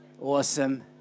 Awesome